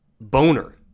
boner